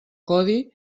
codi